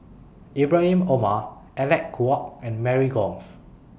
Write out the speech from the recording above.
Ibrahim Omar Alec Kuok and Mary Gomes